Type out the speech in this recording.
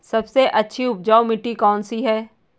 सबसे अच्छी उपजाऊ मिट्टी कौन सी है?